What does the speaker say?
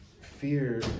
Fear